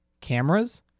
cameras